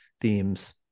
themes